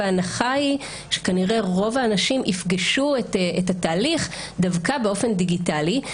ההנחה היא שכנראה רוב האנשים יפגשו את התהליך דווקא באופן דיגיטלי.